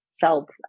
felt